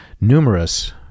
numerous